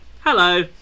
Hello